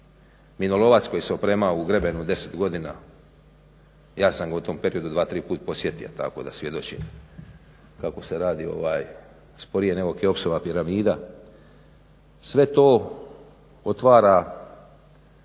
minolovac koji se opremao u grebenu 10 godina, ja sam ga u tom periodu dva tri puta posjetio tako da svjedočim kako se radi sporije nego Keopsova piramida. Sve to otvara